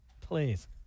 Please